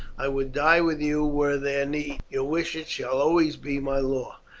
i would die with you were there need. your wishes shall always be my law.